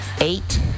Eight